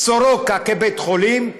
סורוקה כבית חולים,